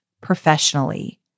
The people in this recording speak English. professionally